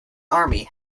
army